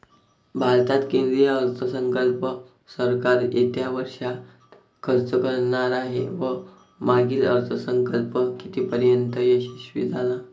भारतात केंद्रीय अर्थसंकल्प सरकार येत्या वर्षात खर्च करणार आहे व मागील अर्थसंकल्प कितीपर्तयंत यशस्वी झाला